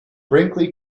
brinkley